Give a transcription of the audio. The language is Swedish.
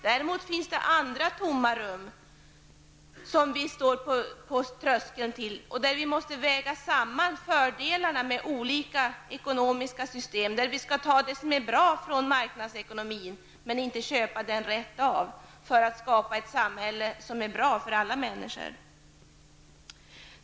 Däremot finns det andra tomma rum som vi står på tröskeln till och där vi måste väga samman fördelarna med olika ekonomiska system, där vi skall ta det som är bra från marknadsekonomin men inte köpa den rätt av. På så sätt skall vi skapa ett samhälle som är bra för alla människor.